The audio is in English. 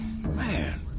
Man